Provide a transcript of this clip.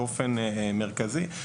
באופן מרכזי.